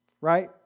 right